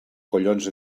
collons